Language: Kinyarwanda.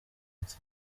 ati